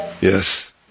Yes